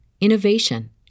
innovation